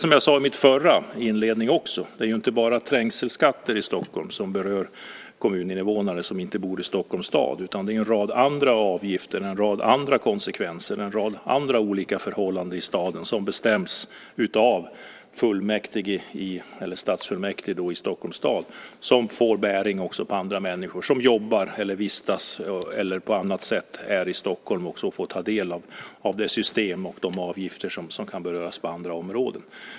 Som jag sade i min inledning är det inte bara trängselskatter i Stockholm som berör kommuninvånare som inte bor i Stockholms stad. Det finns en rad andra avgifter, en rad andra konsekvenser och en rad andra olika förhållanden i staden som bestäms av stadsfullmäktige i Stockholms stad. De får bäring på andra människor som jobbar, vistas eller på annat sätt är i Stockholm och får ta del av de system och avgifter som kan beröra andra områden.